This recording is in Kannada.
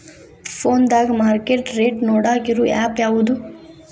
ಫೋನದಾಗ ಮಾರ್ಕೆಟ್ ರೇಟ್ ನೋಡಾಕ್ ಇರು ಆ್ಯಪ್ ಯಾವದು?